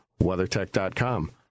WeatherTech.com